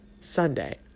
Sunday